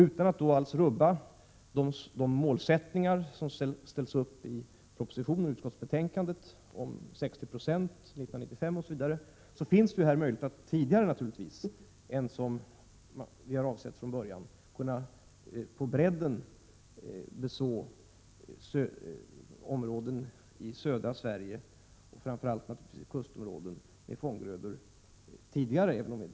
Utan att rubba de mål som ställts upp i propositionen och i utskottsbetänkandet — 60 26 1995 osv. — finns det ju möjligheter att tidigare än avsikten var från början kunna i stor utsträckning beså områden i södra Sverige och framför allt naturligtvis kustområden med fånggrödor.